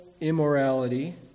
immorality